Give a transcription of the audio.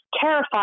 terrified